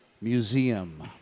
Museum